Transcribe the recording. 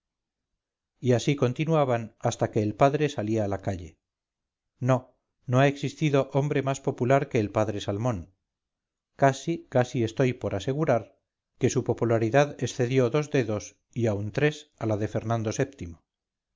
y así continuaban hasta que el padre salía a la calle no no ha existido hombre más popular que el padre salmón casi casi estoy por asegurar que su popularidad excedió dos dedos y aun tres a la de fernando